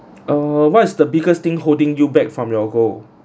err what is the biggest thing holding you back from your goal